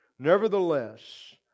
Nevertheless